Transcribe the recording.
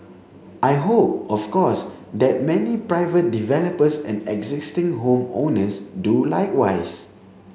I hope of course that many private developers and existing home owners do likewise